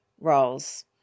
roles